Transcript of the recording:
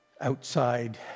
outside